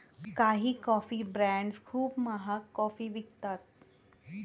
काही coffee brands खूप महाग कॉफी विकतात